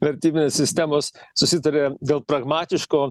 vertybinės sistemos susitarė dėl pragmatiško